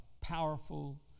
powerful